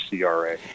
CRA